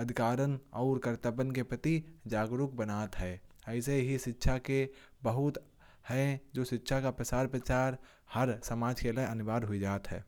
अधिकारों और कर्तव्य के प्रति जागरूक बनात है। ऐसे ही शिक्षा के बहुत हैं जो शिक्षा का प्रचार प्रचार हर समाज के लिए अनिवार्य हुई हैं।